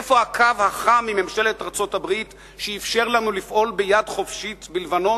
איפה הקו החם עם ממשלת ארצות-הברית שאפשר לנו לפעול ביד חופשית בלבנון